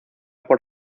por